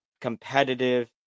competitive